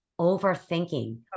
overthinking